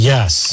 Yes